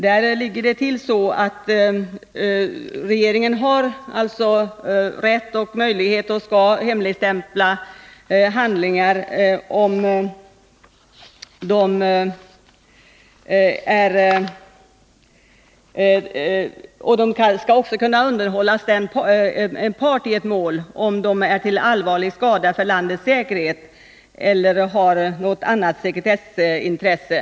Där ligger det till så att regeringen har rätt och möjlighet att hemligstämpla handlingar och undanhålla dem för en part i ett mål, om ett frisläppande vore till allvarlig skada för landets säkerhet eller berörde något annat sekretessintresse.